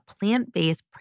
plant-based